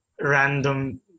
random